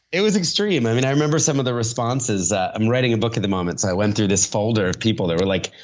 it was extreme and i remember some of the responses that i'm writing a book at the moment so, i went through this folder of people that were like,